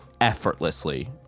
effortlessly